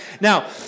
Now